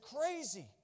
crazy